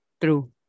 True